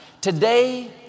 today